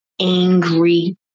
angry